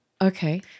Okay